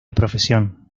profesión